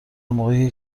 موقع